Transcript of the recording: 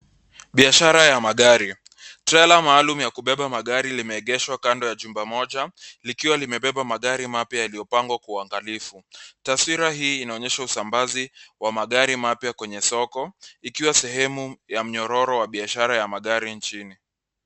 Biashara ya magari. Trela maalum ya kubeba magari limeegeshwa kando ya jumba moja likiwa limebeba magari mapya yaliyopangwa kwa uangalifu. Taswira hii inaonyesha usambazi wa magari mapya kwenye soko, ikiwa sehemu ya mnyororo wa biashara ya magari nchini.